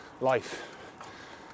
life